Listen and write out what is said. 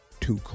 two